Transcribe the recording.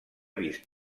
vist